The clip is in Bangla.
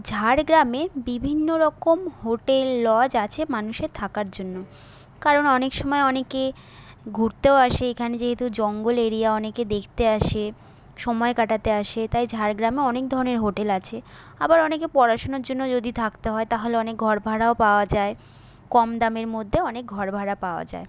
ঝাড়গ্রামে বিভিন্ন রকম হোটেল লজ আছে মানুষের থাকার জন্য কারণ অনেক সময় অনেকে ঘুরতেও আসে এইখানে যেহেতু জঙ্গল এরিয়া অনেকে দেখতে আসে সময় কাটাতে আসে তাই ঝাড়গ্রামে অনেক ধরণের হোটেল আছে আবার অনেকে পড়াশোনার জন্য যদি থাকতে হয় তাহলে অনেক ঘর ভাড়াও পাওয়া যায় কম দামের মধ্যে অনেক ঘর ভাড়া পাওয়া যায়